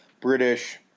British